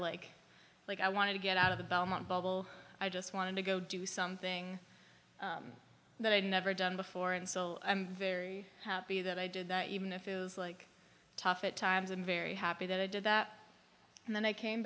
like like i want to get out of the belmont bubble i just want to go do something that i've never done before and still i'm very happy that i did that even if it was like tough at times i'm very happy that i did that and then i came